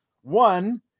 One